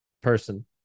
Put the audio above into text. person